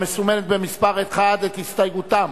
המסומנת במספר 1, הסתייגותם